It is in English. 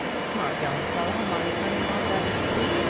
smart young fellow, my son-in-law that is to be!